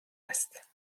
است